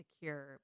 secure